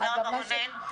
תודה רבה רונן.